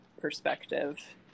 perspective